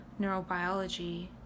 neurobiology